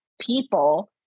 people